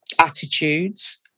attitudes